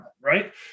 Right